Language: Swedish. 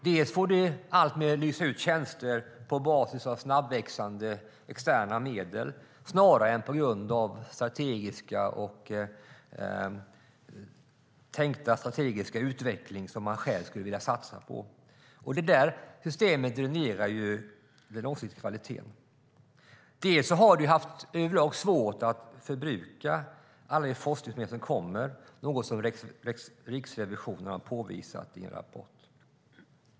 Dels får de i allt högre grad utlysa tjänster på basis av snabbväxande externa medel snarare än i enlighet med den tänkta strategiska utveckling som man själv skulle vilja satsa på, varigenom systemet dränerar den långsiktiga kvaliteten, dels har de över lag haft svårt att förbruka alla de forskningsmedel som kommer, vilket Riksrevisionen påvisat i en rapport.